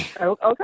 Okay